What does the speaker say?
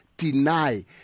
Deny